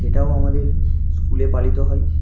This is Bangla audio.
সেটাও আমাদের স্কুলে পালিত হয়